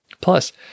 Plus